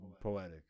poetic